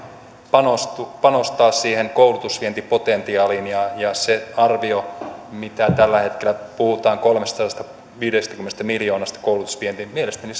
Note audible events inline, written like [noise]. panostaa panostaa siihen koulutusvientipotentiaaliin se arvio mitä tällä hetkellä puhutaan kolmestasadastaviidestäkymmenestä miljoonasta koulutusvientiin mielestäni [unintelligible]